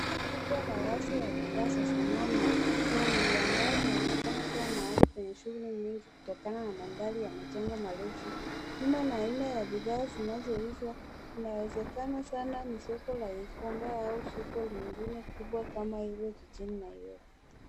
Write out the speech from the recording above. Soko kubwa la wazi la bidhaa za sanaa na ufundi ambalo linaonekana kuwa mahali penye shughuli nyingi, kutokana na mandhari ya majengo marefu nyuma na aina ya bidhaa zinazouzwa . Inawezekana sana ni soko la Gikomba au soko lingine kubwa kama hili jijini Nairobi.